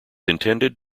intended